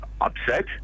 upset